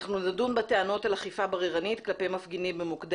אנחנו נדון על אכיפה בררנית כלפי מפגינים במוקדי